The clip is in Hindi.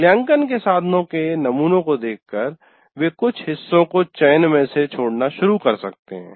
मूल्यांकन के साधनों के नमूनों को देखकर वे कुछ हिस्सों को चयन में से छोड़ना शुरू कर सकते हैं